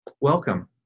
welcome